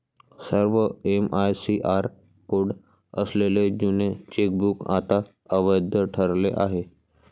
सर्व MICR code असलेले जुने चेकबुक आता अवैध ठरले आहे